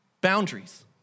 boundaries